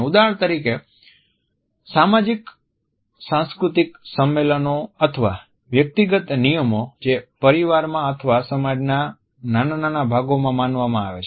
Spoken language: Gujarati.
ઉદાહરણ તરીકે સામાજિક સાંસ્કૃતિક સંમેલનો અથવા વ્યક્તિગત નિયમો જે પરિવારમાં અથવા સમાજના નાના ભાગોમાં માનવામાં આવે છે